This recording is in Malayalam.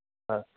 ആ